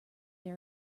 they